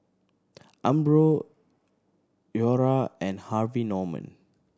Umbro Iora and Harvey Norman